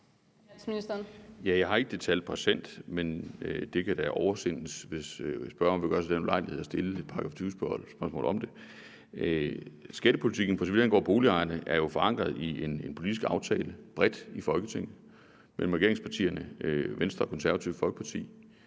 Jeg har ikke de tal present, men de kan da oversendes, hvis spørgeren vil gøre sig den ulejlighed at stille et § 20-spørgsmål om det. Skattepolitikken, for så vidt angår boligejerne, er jo forankret i en politisk aftale bredt i Folketinget mellem regeringspartierne, Venstre og Det Konservative Folkeparti,